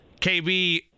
KB